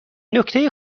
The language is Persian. نکته